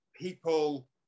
people